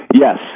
Yes